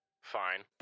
fine